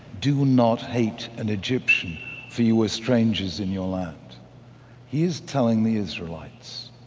do not hate an egyptian for you are strangers in your land? he is telling the israelites